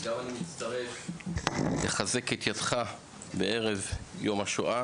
גם אני מצטרף לחזק את ידך בערב יום השואה,